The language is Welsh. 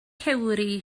cewri